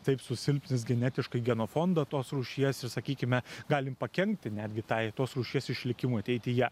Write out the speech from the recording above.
taip susilpnins genetiškai genofondą tos rūšies ir sakykime galim pakenkti netgi tai tos rūšies išlikimui ateityje